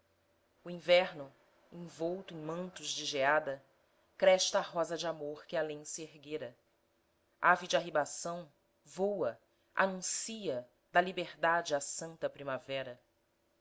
o inverno envolto em mantos de geada cresta a rosa de amor que além se erguera ave de arribação voa anuncia da liberdade a santa primavera